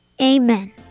amen